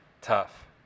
tough